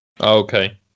Okay